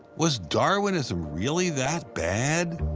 was darwinism really that bad?